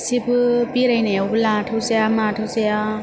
एसेबो बेरायनायावबो लाथाव जाया माथाव जाया